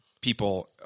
people